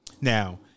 Now